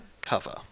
cover